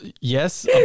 Yes